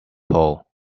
pole